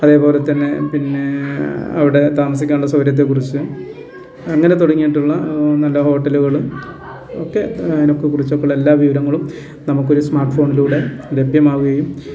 അതേപോലെ തന്നെ പിന്നേ അവിടെ താമസിക്കാനുള്ള സൗകര്യത്തെക്കുറിച്ചും അങ്ങനെ തുടങ്ങിയിട്ടുള്ള നല്ല ഹോട്ടലുകളും ഒക്കെ അതിനെ ഒക്കെ കുറിച്ചൊക്കെ ഉള്ള എല്ലാ വിവരങ്ങളും നമുക്കൊരു സ്മാർട്ട് ഫോണിലൂടെ ലഭ്യമാവുകയും